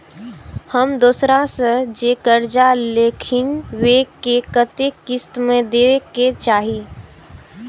हम दोसरा से जे कर्जा लेलखिन वे के कतेक किस्त में दे के चाही?